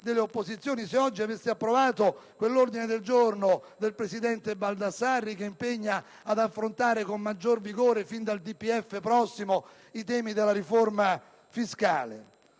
se oggi aveste approvato quell'ordine del giorno del presidente Baldassarri che impegna ad affrontare con maggior vigore, fin dal prossimo DPEF, i temi della riforma fiscale.